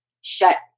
shut